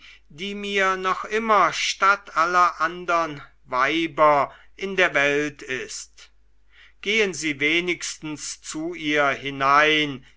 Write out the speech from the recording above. die mir noch immer statt aller andern weiber in der welt ist gehen sie wenigstens nur zu ihr hinein